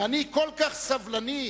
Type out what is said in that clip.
ואני כל כך סובלני,